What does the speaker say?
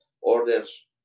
orders